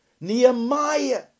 Nehemiah